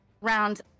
round